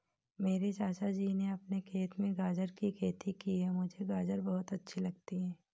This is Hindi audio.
मेरे चाचा जी ने अपने खेत में गाजर की खेती की है मुझे गाजर बहुत अच्छी लगती है